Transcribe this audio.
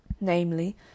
namely